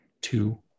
two